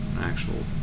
actual